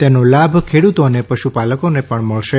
તેનો લાભ ખેડૂતો અને પશુપાલકોને પણ મળશે